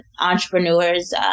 entrepreneurs